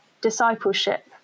discipleship